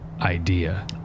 idea